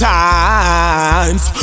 times